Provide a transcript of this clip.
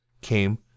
came